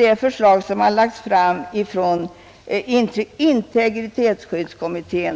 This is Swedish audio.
det förslag som alldeles nyligen har lagts fram av integritetsskyddskommittén.